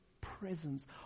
presence